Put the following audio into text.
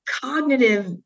cognitive